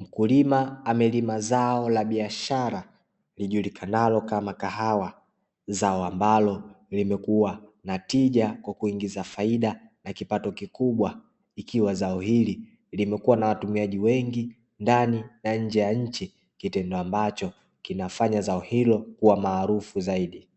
mkulima amelima zao la biashara lijulikanalo kama kahawa, zao ambalo limekuwa na tija kwa kuingiza faida na kipato kikubwa, ikiwa zao hili limekuwa na watumiaji wengi ndani na nje ya nchi, kitendo ambacho kinafanya zao hilo kuwa maarufu zaidi.